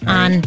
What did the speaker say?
on